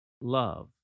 love